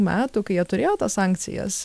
metų kai jie turėjo tas sankcijas